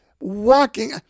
walking